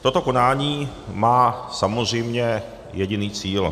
Toto konání má samozřejmě jediný cíl.